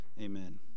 Amen